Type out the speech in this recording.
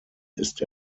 ist